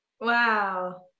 wow